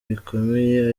bikomeye